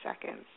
seconds